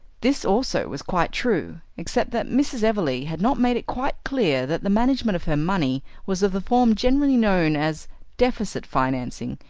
this also was quite true, except that mrs. everleigh had not made it quite clear that the management of her money was of the form generally known as deficit financing.